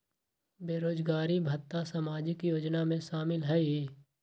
बेरोजगारी भत्ता सामाजिक योजना में शामिल ह ई?